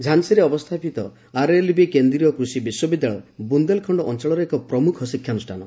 ଝାନ୍ସୀରେ ଅବସ୍ଥିତ ଆର୍ଏଲ୍ବି କେନ୍ଦ୍ରୀୟ କୃଷି ବିଶ୍ୱବିଦ୍ୟାଳୟ ବୁନ୍ଦେଲଖଣ୍ଡ ଅଞ୍ଚଳର ଏକ ପ୍ରମୁଖ ଶିକ୍ଷାନୁଷ୍ଠାନ